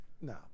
No